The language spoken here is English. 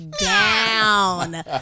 down